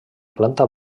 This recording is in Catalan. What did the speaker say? planta